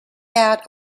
out